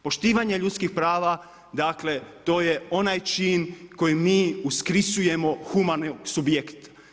Poštivanje ljudskih prava, to je onaj čin koji mi uskrisujemo humani subjekt.